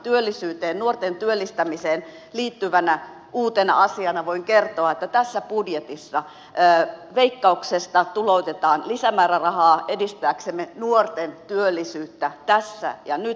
työllisyyteen nuorten työllistämiseen liittyvänä iloisena uutena asiana voin kertoa että tässä budjetissa veikkauksesta tuloutetaan lisämäärärahaa jotta voidaan edistää nuorten työllisyyttä tässä ja nyt